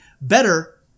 better